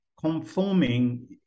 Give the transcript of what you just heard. conforming